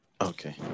Okay